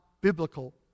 biblical